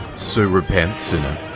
so repent, sinner.